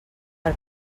per